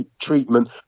treatment